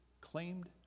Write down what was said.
claimed